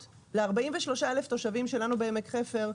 לאותם 43,000 תושבים שלנו בעמק חפר,